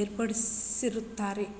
ಏರ್ಪಾಡ್ಮಾಡಿತ್ತು